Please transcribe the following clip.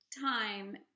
time